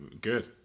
Good